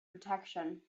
protection